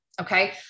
Okay